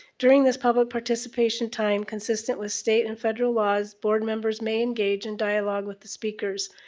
during this public participation time, consistent with state and federal laws, board members may engage in dialogue with the speakers.